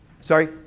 Sorry